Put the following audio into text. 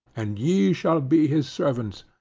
and ye shall be his servants,